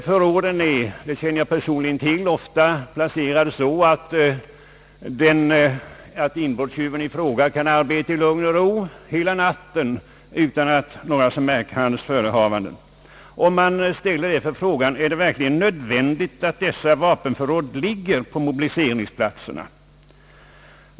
Förråden är — det känner jag personligen till — ofta placerade så att en inbrottstjuv kan arbeta i lugn och ro hela natten utan att någon märker hans förehavanden. Man ställer därför frågan: Är det verkligen nödvändigt att dessa vapenförråd ligger på mobiliseringsplatserna?